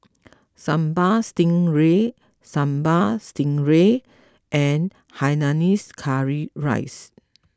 Sambal Stingray Sambal Stingray and Hainanese Curry Rice